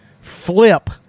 flip